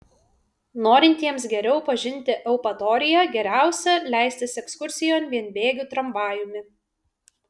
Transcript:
norintiems geriau pažinti eupatoriją geriausia leistis ekskursijon vienbėgiu tramvajumi